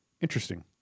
Interesting